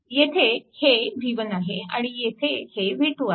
येथे हे v1 आहे आणि येथे हे v2 आहे